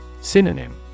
Synonym